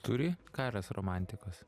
turi karas romantikos